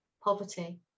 poverty